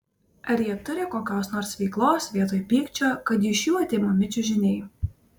ar jie turi kokios nors veiklos vietoj pykčio kad iš jų atimami čiužiniai